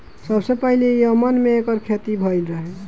सबसे पहिले यमन में एकर खेती भइल रहे